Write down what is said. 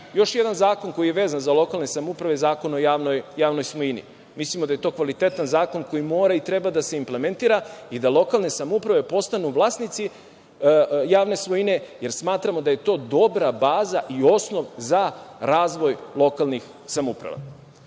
jedan zakon koji je vezan za lokalne samouprave je Zakon o javnoj svojini. Mislimo da je to kvalitetan zakon koji mora i treba da se implementira i da lokalne samouprave postanu vlasnici javne svojine, jer smatramo da je to dobra baza i osnov za razvoj lokalnih samouprava. Naravno,